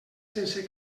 sense